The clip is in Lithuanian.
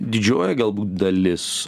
didžioji galbūt dalis